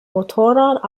motorrad